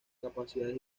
capacidades